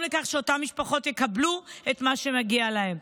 לכך שאותן משפחות יקבלו את מה שמגיע להן.